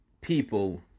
people